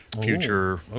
future